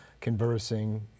conversing